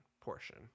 portion